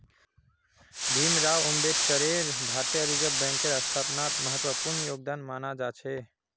भीमराव अम्बेडकरेर भारतीय रिजर्ब बैंकेर स्थापनात महत्वपूर्ण योगदान माना जा छे